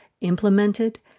implemented